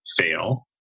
fail